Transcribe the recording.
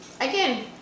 again